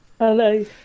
Hello